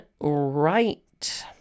right